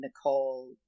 Nicole